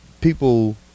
people